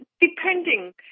Depending